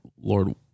Lord